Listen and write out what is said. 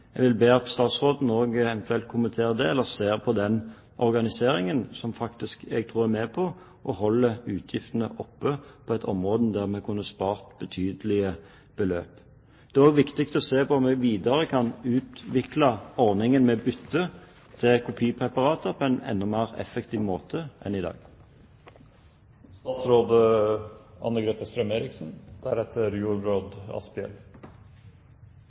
Jeg vil be om at statsråden også eventuelt kommenterer det, eller ser på den organiseringen, som jeg tror faktisk er med på å holde utgiftene oppe på et område der vi kunne spart betydelige beløp. Det er også viktig å se på om vi videre kan utvikle ordningen med bytte til kopipreparater på en enda mer effektiv måte enn i